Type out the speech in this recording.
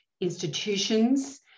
institutions